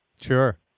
Sure